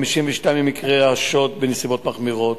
52% ממקרי השוד בנסיבות מחמירות,